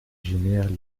génère